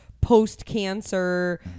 post-cancer